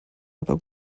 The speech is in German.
aber